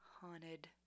haunted